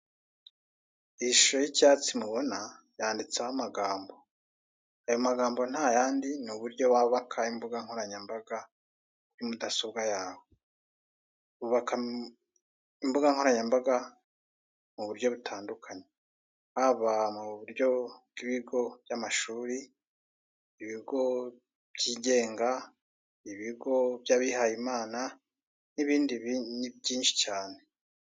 Iyi shusho y'icyatsi mubona yanditseho amagambo, ayo magambo nta yandi ni uburyo wabaka imbuga nkoranyambaga muri mudasobwa yawe wubaka imbuga nkoranyambaga mu buryo butandukanye, haba mu buryo bw'ibigo by'amashuri, ibigo byigenga, ibigo by'abihayimana n'ibindi byinshi cyane.